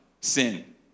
sin